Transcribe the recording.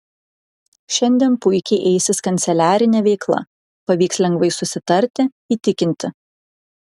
šiandien puikiai eisis kanceliarinė veikla pavyks lengvai susitarti įtikinti